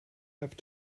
have